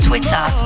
Twitter